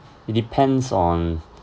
it depends on